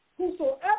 Whosoever